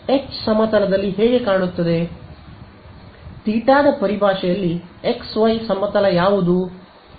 ಆದ್ದರಿಂದ ತೀಟಾದ ಪರಿಭಾಷೆಯಲ್ಲಿ x y ಸಮತಲ ಯಾವುದು